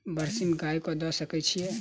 बरसीम गाय कऽ दऽ सकय छीयै?